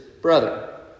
brother